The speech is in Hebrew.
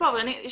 יש